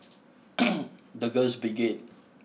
the Girls Brigade